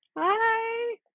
Hi